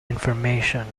information